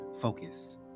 focus